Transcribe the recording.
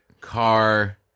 car